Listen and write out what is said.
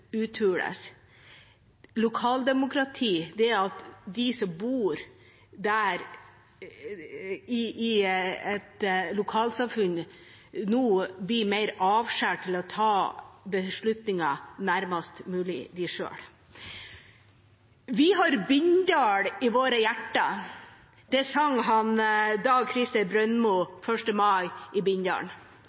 uthules ved at de som bor i et lokalsamfunn, nå blir mer avskåret fra å ta beslutninger nærmest mulig dem selv. «Vi har Bindal i våre hjerter», sang Dag Christer Brønmo 1. mai i